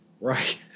Right